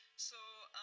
so